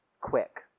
quick